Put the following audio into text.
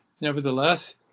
nevertheless